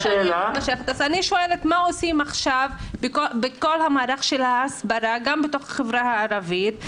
אני שואלת מה עושים עכשיו בכל המערך של ההסברה גם בתוך החברה הערבית.